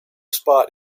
spot